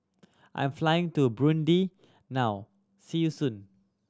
I am flying to Burundi now see you soon